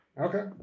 okay